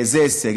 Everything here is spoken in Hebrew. זה הישג.